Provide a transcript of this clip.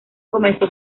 comenzó